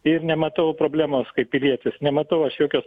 ir nematau problemos kaip pilietis nematau aš jokios